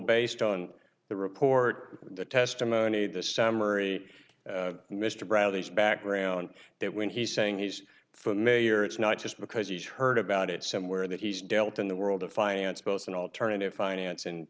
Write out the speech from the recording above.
based on the report the testimony this summary mr bradley's background that when he's saying he's familiar it's not just because he's heard about it somewhere that he's dealt in the world of finance both in alternative finance and